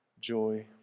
joy